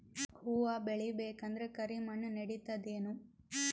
ಹುವ ಬೇಳಿ ಬೇಕಂದ್ರ ಕರಿಮಣ್ ನಡಿತದೇನು?